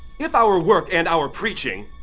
if our work and our preaching